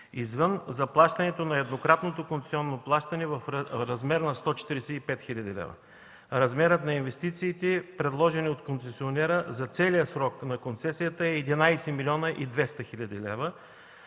извън еднократното концесионно плащане в размер на 145 хил. лв. Размерът на инвестициите, предложени от концесионера, за целия срок на концесията е 11 млн. 200 хил.